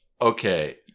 okay